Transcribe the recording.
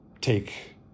take